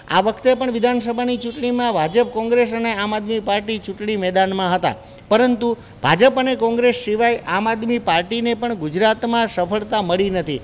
આ વખતે પણ વિધાન સભાની ચૂંટણીમાં ભાજપ કોંગ્રેસ અને આમ આદમી પાર્ટી ચૂંટણી મેદાનમાં હતા પરંતુ ભાજપ અને કોંગ્રેસ સિવાય આમ આદમી પાર્ટીને પણ ગુજરાતમાં સફળતા મળી નથી